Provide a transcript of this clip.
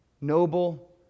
noble